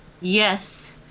Yes